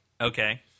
Okay